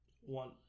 one